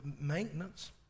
maintenance